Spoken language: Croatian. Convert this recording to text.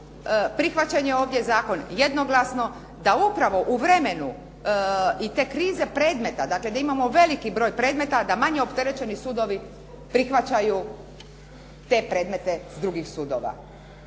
prihvaćen je ovdje zakon jednoglasno da upravo u vremenu i te krize predmeta, dakle, da imamo veliki broj predmeta, da manje opterećeni sudovi prihvaćaju te predmete drugih sudova.